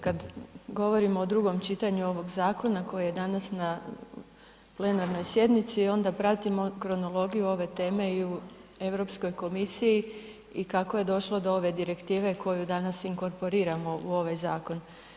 Kad govorimo o drugom čitanju ovog zakona koji je danas na plenarnoj sjednici, onda pratimo kronologiju ove teme i u Europskoj komisiji i kako je došlo do ove direktive koju danas inkorporiramo u ovaj zakon.